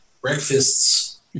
breakfasts